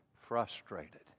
frustrated